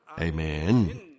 Amen